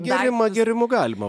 gėrimą grimu galima